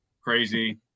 crazy